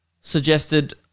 suggested